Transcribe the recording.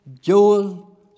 Joel